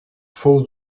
fou